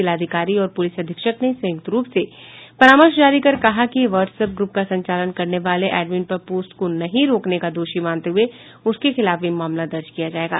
जिलाधिकारी और पुलिस अधीक्षक ने संयुक्त रूप से परामर्श जारी कहा है कि वाट्स अप ग्रुप का संचालन करने वाले एडमिंन पर पोस्ट को नहीं रोकने का दोषी मानते हुए उसके खिलाफ भी मामला दर्ज किया जायेगा